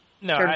No